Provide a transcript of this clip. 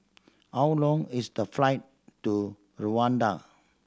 how long is the flight to Rwanda